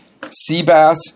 Seabass